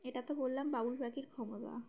এটা তো বললাম বাবুই পাখির ক্ষমতা